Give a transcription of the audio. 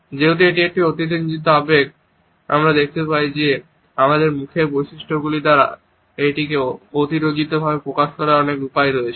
যেহেতু এটি একটি অতিরঞ্জিত আবেগ আমরা দেখতে পাই যে আমাদের মুখের বৈশিষ্ট্যগুলি দ্বারা এটিকে অতিরঞ্জিতভাবে প্রকাশ করার অনেক উপায় রয়েছে